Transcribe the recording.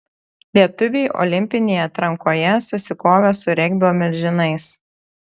lietuviai olimpinėje atrankoje susikovė su regbio milžinais